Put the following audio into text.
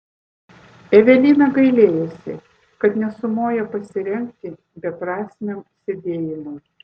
evelina gailėjosi kad nesumojo pasirengti beprasmiam sėdėjimui